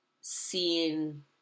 seeing